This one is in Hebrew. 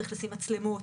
צריך לשים מצלמות.